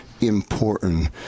important